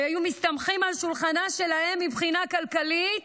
שהיו סמוכים על שולחנה של האם מבחינה כלכלית,